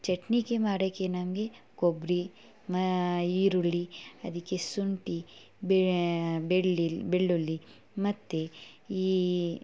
ಚಟ್ನಿ ಮಾಡೋಕೆ ನಮಗೆ ಕೊಬ್ಬರಿ ಮಾ ಈರುಳ್ಳಿ ಅದಕ್ಕೆ ಶುಂಠಿ ಬೆಳ್ಳಿ ಬೆಳ್ಳುಳ್ಳಿ ಮತ್ತೆ ಈ